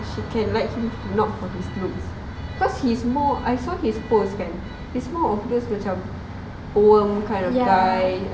she can like him not for his looks cause he's more I saw his post kan he's more of those macam work kind of guy